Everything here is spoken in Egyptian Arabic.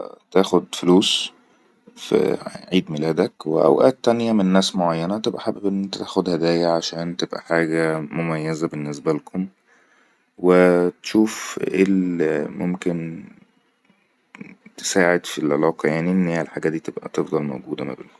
تاخد فلوس في عيد ميلادك و اوئات تانيه من ناس معينة تبقى حابب تاخد هدايا عشان تبأى حاجة مميزة بالنسبة لكم وتشوف ايه اللي ممكن تساعد في العلاقه يعني ان الحاجة دي تبقى تفضل موجودة م بينكم